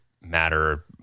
matter